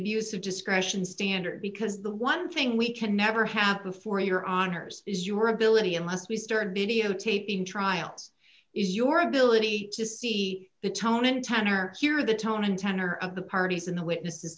abuse of discretion standard because the one thing we can never have before your honor's is your ability unless we started videotaping trials is your ability to see the tone and tenor here the tone and tenor of the parties and the witnesses